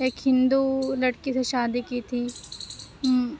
ایک ہندو لڑکی سے شادی کی تھی